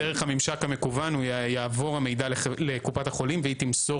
דרך הממשק המקוון יעבור המידע לקופת החולים והיא תמסור